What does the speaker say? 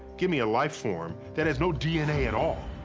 give me a life-form that has no dna at all.